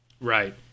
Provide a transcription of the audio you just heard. Right